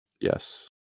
Yes